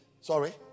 Sorry